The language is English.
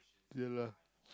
!siala!